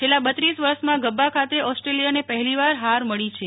છેલ્લા બત્રીસ વર્ષમાં ગબ્બા ખાતે ઓસ્ટ્રેલિયાને પહેલી વાર હાર મળી છે